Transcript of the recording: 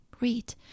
Read